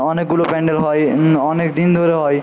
অনেকগুলো প্যান্ডেল হয় অনেক দিন ধরে হয়